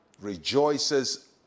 rejoices